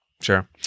sure